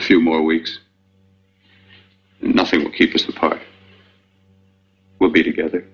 a few more weeks nothing keep us apart we'll be together